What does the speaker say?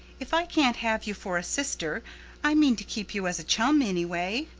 if i can't have you for a sister i mean to keep you as a chum anyway.